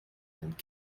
and